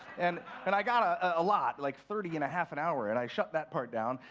and and i got ah a lot, like thirty in a half an hour. and i shut that part down.